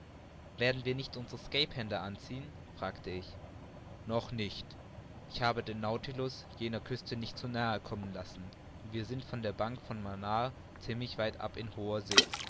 werden wir nicht unsere skaphander anziehen fragte ich noch nicht ich habe den nautilus jener küste nicht zu nahe kommen lassen und wir sind von der bank von manaar ziemlich weit ab in hoher see